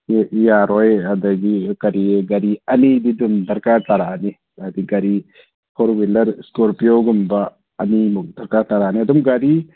ꯌꯥꯔꯣꯏ ꯑꯗꯒꯤ ꯀꯔꯤ ꯒꯥꯔꯤ ꯑꯅꯤꯗꯤ ꯑꯗꯨꯝ ꯗꯔꯀꯥꯔ ꯇꯥꯔꯛꯑꯅꯤ ꯍꯥꯏꯗꯤ ꯒꯥꯔꯤ ꯐꯣꯔ ꯋꯤꯂꯔ ꯏꯁꯀꯣꯔꯄꯤꯌꯣꯟꯒꯨꯝꯕ ꯑꯅꯤꯃꯨꯛ ꯗꯔꯀꯥꯔ ꯇꯥꯔꯛꯑꯅꯤ ꯑꯗꯨꯝ ꯒꯥꯔꯤ